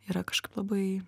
yra kažkaip labai